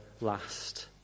last